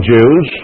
Jews